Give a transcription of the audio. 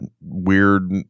weird